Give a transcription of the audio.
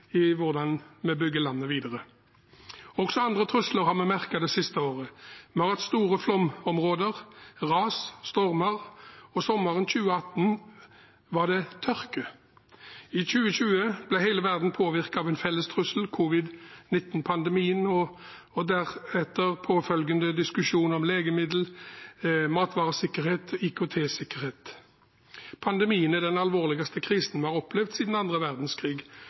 i hvordan vi bygger landet videre. Også andre trusler har vi merket det siste året. Vi har hatt store flomområder, ras, stormer, og sommeren 2018 var det tørke. I 2020 ble hele verden påvirket av en felles trussel, covid-19-pandemien, og deretter påfølgende diskusjon om legemidler, matvaresikkerhet og IKT-sikkerhet. Pandemien er den alvorligste krisen vi har opplevd siden annen verdenskrig.